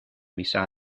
missa